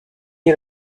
est